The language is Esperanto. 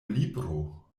libro